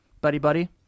Buddy-buddy